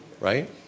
right